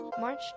March